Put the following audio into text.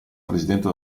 presidente